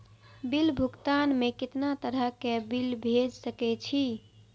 Bill भुगतान में कितना तरह के बिल भेज सके छी?